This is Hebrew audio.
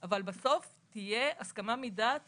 אבל בסוף תהיה הסכמה מדעת